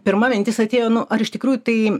pirma mintis atėjo nu ar iš tikrųjų tai